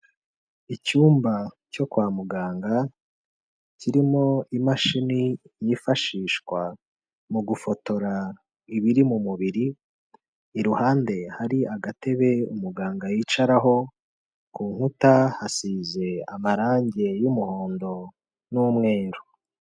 Icyumba cyo kwa muganga, kirimo imashini yifashishwa mu gufotora ibiri mu mubiri, iruhande hari agatebe umuganga yicaraho, ku nkuta hasize amarangi y'umuhondo n'umweru.